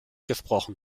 gesprochen